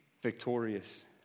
victorious